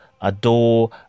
adore